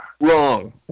Wrong